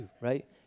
Right